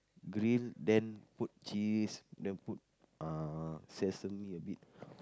grill then put cheese then put uh sesame a bit